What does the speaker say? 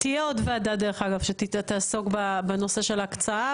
תהיה עוד ועדה דרך אגב שתעסוק בנושא של הקצאה,